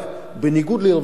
בניגוד לאירוויזיון,